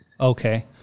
Okay